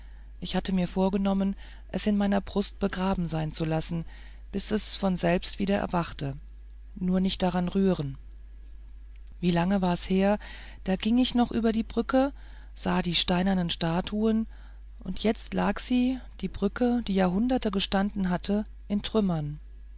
ich hatte mir vorgenommen es in meiner brust begraben sein zu lassen bis es von selbst wieder erwachte nur nicht daran rühren wie lange war's her da ging ich noch über die brücke sah die steinernen statuen und jetzt lag sie die brücke die jahrhunderte gestanden in trümmern